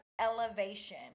elevation